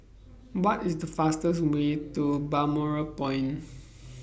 What IS The fastest Way to Balmoral Point